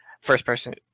first-person